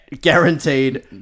Guaranteed